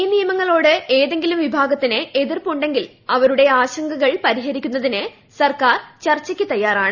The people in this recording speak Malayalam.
ഈ നിയമങ്ങളോട് ഏതെങ്കിലും വിഭാഗത്തിന് എന്തെങ്കിലും എതിർപ്പുണ്ടെങ്കിൽ അവരുടെ ആശങ്കകൾ പരിഹരിക്കുന്നതിന് സർക്കാർ ചർച്ചയ്ക്ക് തയ്യാറാണ്